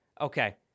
Okay